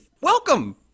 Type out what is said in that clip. Welcome